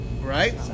right